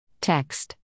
text